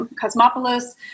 Cosmopolis